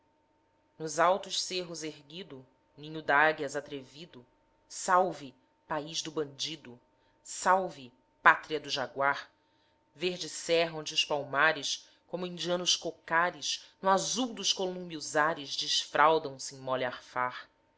nos altos cerros erguido ninho d'águias atrevido salve país do bandido salve pátria do jaguar verde serra onde os palmares como indianos cocares no azul dos colúmbios ares desfraldam se em mole arfar